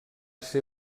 ser